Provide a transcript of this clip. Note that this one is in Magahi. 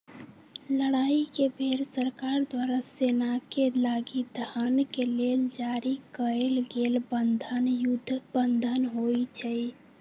लड़ाई के बेर सरकार द्वारा सेनाके लागी धन के लेल जारी कएल गेल बन्धन युद्ध बन्धन होइ छइ